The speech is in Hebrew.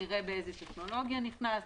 נראה באיזו טכנולוגיה נכנס,